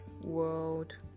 world